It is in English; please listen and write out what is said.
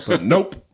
Nope